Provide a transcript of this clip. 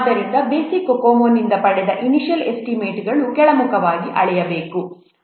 ಆದ್ದರಿಂದ basic COCOMO ನಿಂದ ಪಡೆದ ಇನಿಷ್ಯಲ್ ಎಸ್ಟಿಮೇಟ್ಗಳು ಕೆಳಮುಖವಾಗಿ ಅಳೆಯಬೇಕು